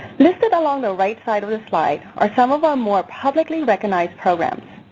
listed along the right side of the slide are some of our more publicly recognized programs.